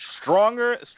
stronger